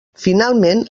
finalment